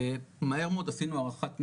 מהר מאוד עשינו הערכת נזק.